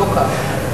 לא כך.